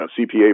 CPA